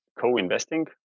co-investing